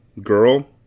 girl